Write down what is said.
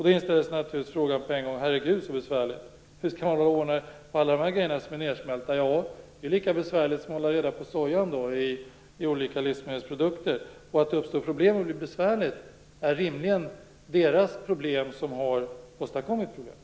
Då inställer sig genast tanken: Så besvärligt! Hur skall man ordna det när det gäller alla dessa saker som har smälts ned? Det är lika besvärligt som att hålla reda på sojan i olika livsmedelsprodukter. Att det uppstår problem och blir besvärligt är rimligen ett problem för dem som har åstadkommit dessa.